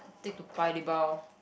take to Paya-Lebar orh